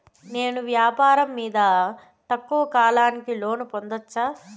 నేను వ్యాపారం మీద తక్కువ కాలానికి లోను పొందొచ్చా?